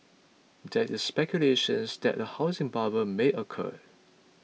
there is speculations that a housing bubble may occur